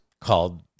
called